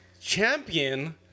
champion